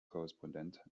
korrespondent